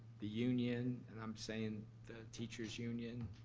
the union, and i'm saying the teachers union.